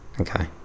Okay